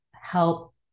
help